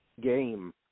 game